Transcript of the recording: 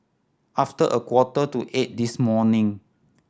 after a quarter to eight this morning